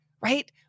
right